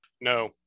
no